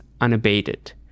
unabated